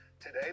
today